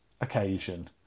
occasion